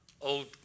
old